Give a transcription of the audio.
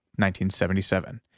1977